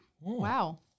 Wow